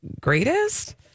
greatest